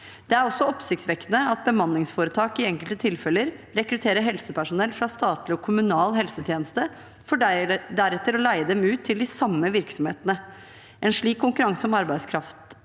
Det er også oppsiktsvekkende at bemanningsforetak i enkelte tilfeller rekrutterer helsepersonell fra statlig og kommunal helsetjeneste for deretter å leie dem ut til de samme virksomhetene. En slik konkurranse om arbeidskraft